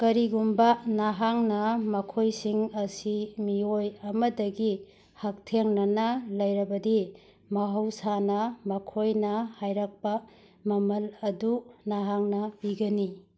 ꯀꯔꯤꯒꯨꯝꯕ ꯅꯍꯥꯛꯅ ꯃꯈꯣꯏꯁꯤꯡ ꯑꯁꯤ ꯃꯤꯑꯣꯏ ꯑꯃꯗꯒꯤ ꯍꯛꯊꯦꯡꯅꯅ ꯂꯩꯔꯕꯗꯤ ꯃꯍꯧꯁꯥꯅ ꯃꯈꯣꯏꯅ ꯍꯥꯏꯔꯛꯄ ꯃꯃꯜ ꯑꯗꯨ ꯅꯍꯥꯛꯅ ꯄꯤꯒꯅꯤ